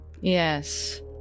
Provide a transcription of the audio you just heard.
Yes